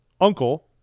uncle